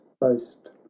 boast